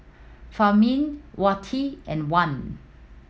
Fahmi Wati and Wan